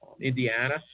Indiana